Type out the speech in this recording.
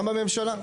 גם לממשלה.